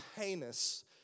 heinous